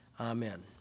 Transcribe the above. Amen